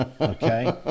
Okay